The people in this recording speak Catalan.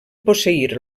posseir